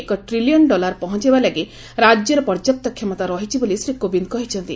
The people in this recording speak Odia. ଏକ ଟ୍ରିଲିୟନ ଡଲାର ପହଞ୍ଚାଇବା ଲାଗି ଅର୍ଥନୀତିରେ ରାଜ୍ୟର ପର୍ଯ୍ୟାପ୍ତ କ୍ଷମତା ରହିଛି ବୋଲି ଶ୍ରୀ କୋବିନ୍ଦ କହିଛନ୍ତି